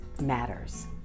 matters